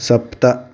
सप्त